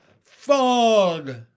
fog